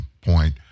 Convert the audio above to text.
point